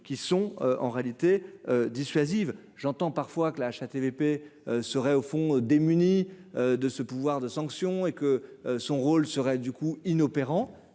qui sont en réalité dissuasive, j'entends parfois que la HATVP serait, au fond, démunis de ce pouvoir de sanction et que son rôle serait du coup inopérant,